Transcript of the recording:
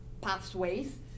pathways